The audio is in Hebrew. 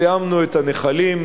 זיהמנו את הנחלים,